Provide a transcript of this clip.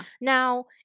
Now